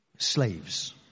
Slaves